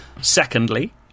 Secondly